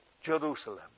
Jerusalem